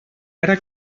ara